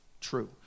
true